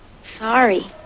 Sorry